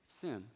sin